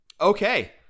Okay